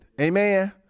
Amen